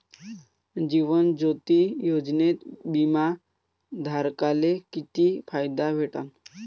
जीवन ज्योती योजनेत बिमा धारकाले किती फायदा भेटन?